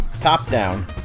top-down